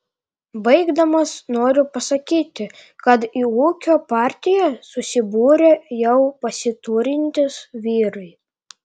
baigdamas noriu pasakyti kad į ūkio partiją susibūrė jau pasiturintys vyrai